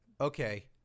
okay